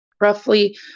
roughly